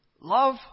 love